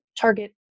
target